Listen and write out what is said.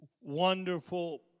wonderful